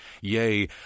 Yea